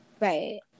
Right